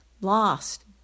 lost